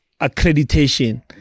accreditation